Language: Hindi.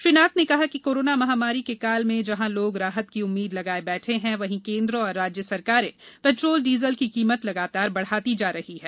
श्री नाथ ने कहा कि कोरोना महामारी के काल में जहां लोग राहत की उम्मीद लगाए बैठे हैं वहीं केंद्र और राज्य सरकारें पेट्रोल डीजल की कीमत लगातार बढ़ाती जा रहीं हैं